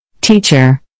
Teacher